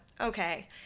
Okay